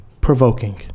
provoking